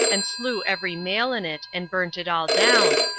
and slew every male in it, and burnt it all down,